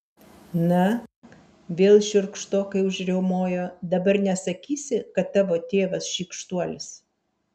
na vėl šiurkštokai užriaumojo dabar nesakysi kad tavo tėvas šykštuolis